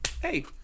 hey